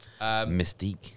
Mystique